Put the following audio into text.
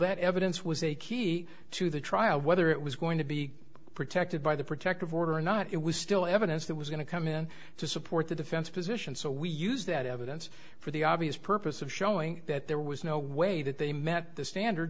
that evidence was a key to the trial whether it was going to be protected by the protective order or not it was still evidence that was going to come in to support the defense position so we use that evidence for the obvious purpose of showing that there was no way that they met the standard